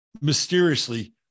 mysteriously